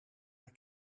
haar